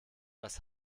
das